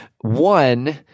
one